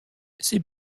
c’est